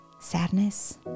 Sadness